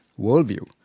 worldview